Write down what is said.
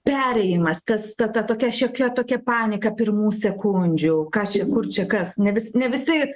perėjimas tas ta tokia šiokia tokia panika pirmų sekundžių ką čia kur čia kas ne vis ne visi